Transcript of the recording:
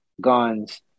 guns